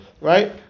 right